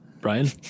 Brian